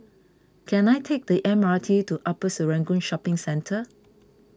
can I take the M R T to Upper Serangoon Shopping Centre